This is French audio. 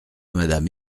madame